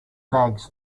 bags